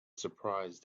surprised